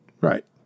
Right